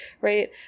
right